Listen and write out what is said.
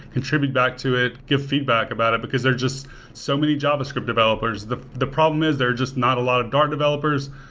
contribute back to it, give feedback about it, because they're just so many javascript developers. the the problem is they're just not a lot of dart developers.